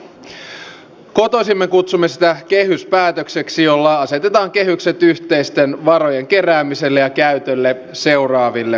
kotoisemmin kutsumme sitä kehyspäätökseksi jolla asetetaan kehykset yhteisten varojen keräämiselle ja käytölle seuraaville vuosille